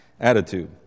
attitude